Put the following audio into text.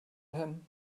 him